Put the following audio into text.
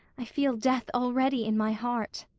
i feel death already in my heart.